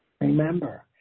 Remember